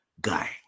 guy